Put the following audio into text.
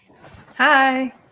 Hi